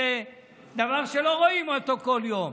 זה דבר שלא רואים אותו כל יום.